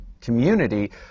community